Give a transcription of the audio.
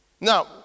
Now